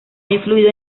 influido